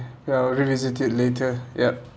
ya I'' revisit it later yup